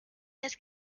his